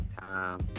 time